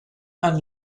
and